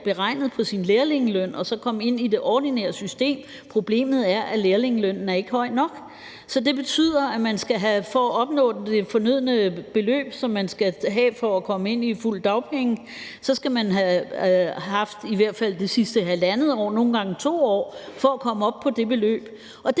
beregnet ud fra sin lærlingeløn og så komme ind i det ordinære system, men problemet er, at lærlingelønnen ikke er høj nok. Det betyder, at man for at opnå det fornødne beløb, som man skal have for at komme ind på fuld dagpengesats, skal have det i i hvert fald de sidste 1½ år og nogle gange 2 år for at komme op på det beløb, og det